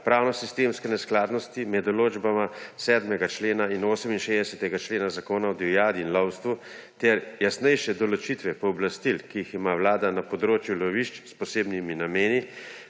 pravnosistemske neskladnosti med določbama 7. in 68. člena Zakona o divjadi in lovstvu ter jasnejše določitve pooblastil, ki jih ima Vlada na področju lovišč s posebnim namenom,